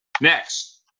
next